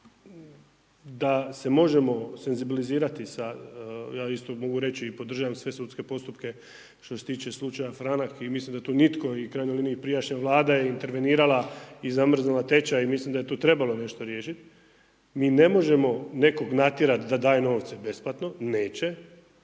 da se možemo senzibilizirati, ja isto mogu reći i podržavam sve sudske postupke što se tiče slučaja Franak i mislim da tu nitko i u krajnjoj liniji prijašnja Vlada je intervenirala i zamrznula tečaj i mislim da je tu trebalo nešto riješiti. Mi ne možemo nekog natjerati da daje novce besplatno, neće